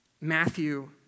Matthew